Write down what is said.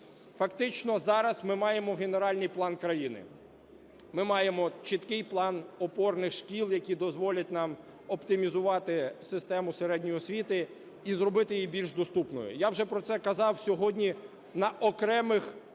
Фактично зараз ми маємо генеральний план країни. Ми маємо чіткий план опорних шкіл, які дозволять нам оптимізувати систему середньої освіти і зробити її більш доступною. Я вже про це казав сьогодні на окремих